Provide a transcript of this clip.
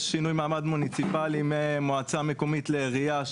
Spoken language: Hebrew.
יש שינוי מעמד מוניציפלי ממועצה מקומית לעירייה,